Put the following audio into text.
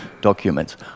documents